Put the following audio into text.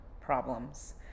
problems